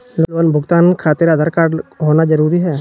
Loan भुगतान खातिर Aadhaar card होना जरूरी है?